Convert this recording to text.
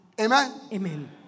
Amen